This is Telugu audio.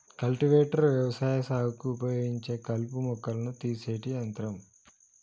కల్టివేటర్ వ్యవసాయ సాగుకు ఉపయోగించే కలుపు మొక్కలను తీసేటి యంత్రం